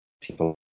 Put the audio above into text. people